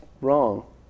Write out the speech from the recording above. wrong